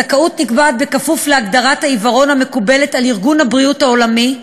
הזכאות נקבעת כפוף להגדרת עיוורון המקובלת על ארגון הבריאות העולמי,